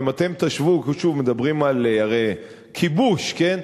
אם אתם תשוו, שוב, הרי מדברים על כיבוש, כן?